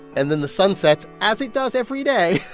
and then the sun sets, as it does every day,